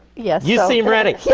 yeah you seem ready. yeah